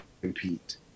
compete